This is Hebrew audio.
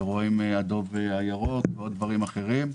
אירועי "הדוב הירוק" ועוד דברים אחרים.